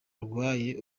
urwaye